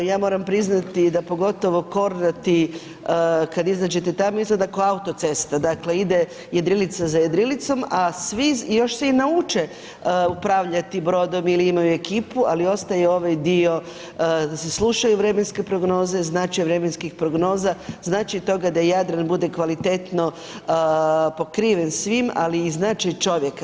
Ja moram priznati da pogotovo Kornati, kada izađete tamo izgleda kao autocesta dakle ide jedrilica za jedrilicom, a svi još se i nauče upravljati brodovi ili imaju ekipu, ali ostaje ovaj dio, slušaju vremenske prognoze, značaj vremenskih prognoza znači to da Jadran bude kvalitetno pokriven svim, ali i značaj čovjeka.